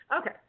Okay